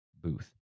booth